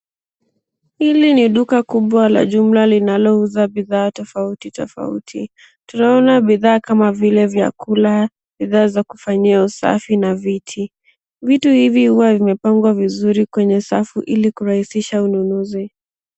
Hili ni duka kubwa la jumla linalouza bidhaa tofauti tofauti. Tunaona bidhaa kama vile vyakula, bidhaa za kufanyia usafi, na viti. Vitu hivi huwa vimepangwa vizuri kwenye safu ili kurahisisha ununuzi.